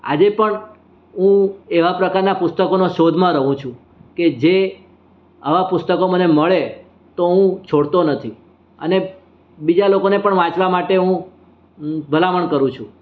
આજે પણ હું એવાં પ્રકારનાં પુસ્તકોનાં શોધમાં રહું છું કે જે આવાં પુસ્તકો મને મળે તો હું છોડતો નથી અને બીજા લોકોને પણ વાંચવા માટે હું ભલામણ કરું છું